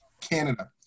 Canada